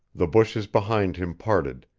the bushes behind him parted,